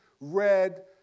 red